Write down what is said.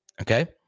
Okay